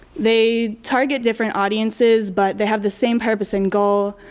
they target different audiences but they have the same purpose and goal.